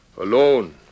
alone